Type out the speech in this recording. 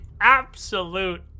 absolute